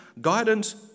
Guidance